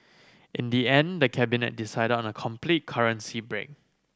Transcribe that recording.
in the end the Cabinet decided on a complete currency break